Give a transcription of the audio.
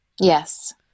Yes